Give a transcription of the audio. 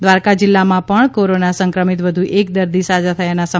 દ્વારકા જિલ્લામાં પણ કોરોના સંક્રમિત વધ્ એક દર્દી સાજા થયાના સમાચાર છે